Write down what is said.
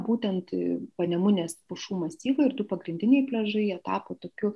būtent panemunės pušų masyvai ir du pagrindiniai pliažai jie tapo tokiu